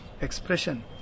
expression